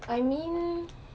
I mean